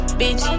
bitch